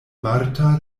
marta